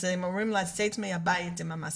אז הם אמורים לצאת מהבית עם המסכה.